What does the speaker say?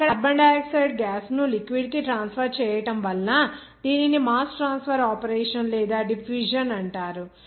అక్కడ carbon dioxide gas ను liquid కి ట్రాన్స్ఫర్ చేయడం వలన దీనిని మాస్ ట్రాన్స్ఫర్ ఆపరేషన్ లేదా డిఫ్యూషన్ అంటారు